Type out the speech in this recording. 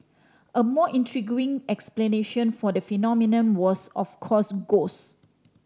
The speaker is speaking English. a more intriguing explanation for the phenomenon was of course ghost